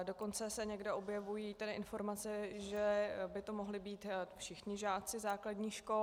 Dokonce se někde objevují informace, že by to mohli být všichni žáci základních škol.